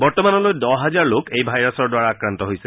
বৰ্তমানলৈ দহ হাজাৰ লোক এই ভাইৰাছৰ দ্বাৰা আক্ৰান্ত হৈছে